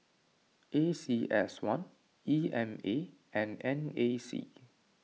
A C S one E M A and N A C